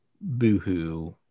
boohoo